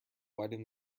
widen